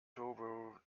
turbo